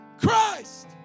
Christ